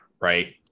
right